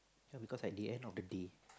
yea because at the end of the day